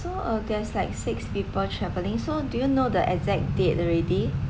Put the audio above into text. so uh there's like six people travelling so do you know the exact date already